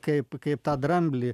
kaip kaip tą dramblį